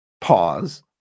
Pause